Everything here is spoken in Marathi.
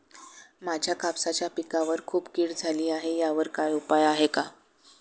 माझ्या कापसाच्या पिकावर खूप कीड झाली आहे यावर काय उपाय आहे का?